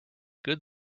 good